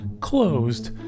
closed